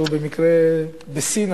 שהוא במקרה בסין,